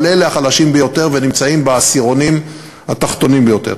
אבל אלה החלשים ביותר ונמצאים בעשירונים התחתונים ביותר.